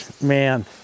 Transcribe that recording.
Man